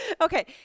Okay